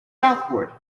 southward